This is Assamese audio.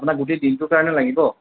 আপোনাক গোটেই দিনটোৰ কাৰণে লাগিব